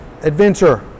adventure